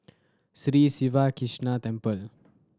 Sri Siva Krishna Temple